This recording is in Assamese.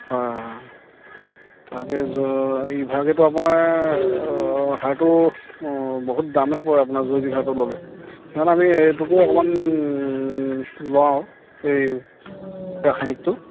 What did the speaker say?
হয় তাকে ইভাগেতো আপোনাৰ সাৰটো বহুত দামেই পৰে আপোনাৰ জৈৱিক সাৰটো ল'লে সেইকাৰণে আমি এইটোকে অকমান লওঁ এই ৰাসায়নিকটো